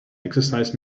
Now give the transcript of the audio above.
exercise